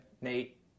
Nate